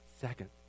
Second